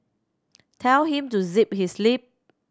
tell him to zip his lip